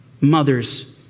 mother's